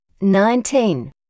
nineteen